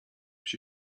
się